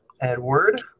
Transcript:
Edward